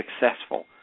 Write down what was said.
successful